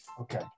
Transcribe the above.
Okay